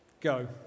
go